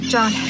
John